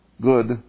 good